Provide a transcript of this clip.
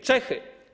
Czechy.